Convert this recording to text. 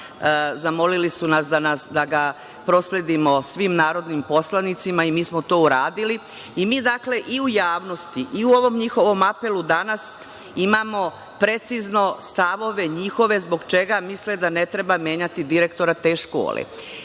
Zamolili su nas da ga prosledimo svim narodnim poslanicima i mi smo to uradili. Dakle, mi i u javnosti i u ovom njihovom apelu danas imamo precizno stavove njihove zbog čega misle da ne treba menjati direktora te škole. Vi